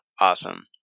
awesome